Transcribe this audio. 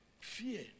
Fear